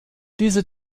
diese